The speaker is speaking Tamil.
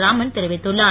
ராமன் தெரிவித்துள்ளார்